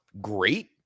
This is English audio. Great